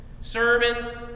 Sermons